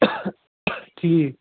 ٹھیٖک